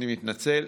אני מתנצל,